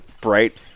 bright